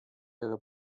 ihre